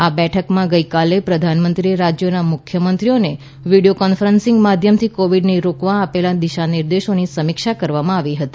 આ બેઠકમાં ગઈકાલે પ્રધાનમંત્રીએ રાજ્યોના મુખ્યમંત્રીઓને વીડિયો કોન્ફરન્સિંગ માધ્યમથી કોવિડને રોકવા આપેલા દિશાનિર્દેશોની સમીક્ષા કરવામાં આવી હતી